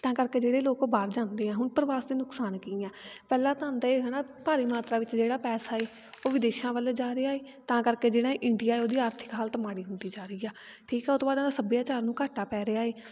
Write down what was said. ਤਾਂ ਕਰਕੇ ਜਿਹੜੇ ਲੋਕ ਬਾਹਰ ਜਾਂਦੇ ਆ ਹੁਣ ਪ੍ਰਵਾਸ ਦੇ ਨੁਕਸਾਨ ਕੀ ਆ ਪਹਿਲਾ ਤਾਂ ਆਉਂਦਾ ਹੈ ਹੈ ਨਾ ਭਾਰੀ ਮਾਤਰਾ ਵਿੱਚ ਜਿਹੜਾ ਪੈਸਾ ਹੈ ਉਹ ਵਿਦੇਸ਼ਾਂ ਵੱਲ ਜਾ ਰਿਹਾ ਹੈ ਤਾਂ ਕਰਕੇ ਜਿਹੜਾ ਇੰਡੀਆ ਉਹਦੀ ਆਰਥਿਕ ਹਾਲਤ ਮਾੜੀ ਹੁੰਦੀ ਜਾ ਰਹੀ ਆ ਠੀਕ ਆ ਉਹ ਤੋਂ ਬਾਅਦ ਉਹਦਾ ਸੱਭਿਆਚਾਰ ਨੂੰ ਘਾਟਾ ਪੈ ਰਿਹਾ ਹੈ